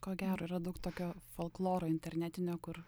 ko gero yra daug tokio folkloro internetinio kur